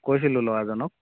কৈছিলোঁ ল'ৰাজনক